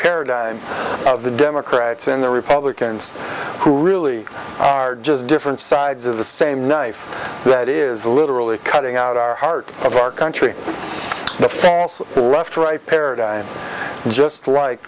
paradigm of the democrats and the republicans who really are just different sides of the same knife that is literally cutting out our heart of our country the false left right paradigm just like